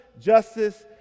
justice